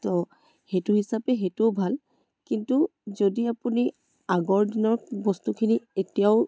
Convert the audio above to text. তো সেইটো হিচাপে সেইটোও ভাল কিন্তু যদি আপুনি আগৰ দিনৰ বস্তুখিনি এতিয়াও